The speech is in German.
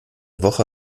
woche